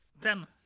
Ten